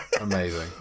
Amazing